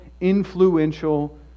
influential